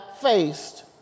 faced